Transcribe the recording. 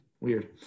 weird